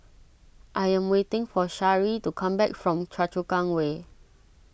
I am waiting for Sharee to come back from Choa Chu Kang Way